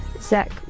Zach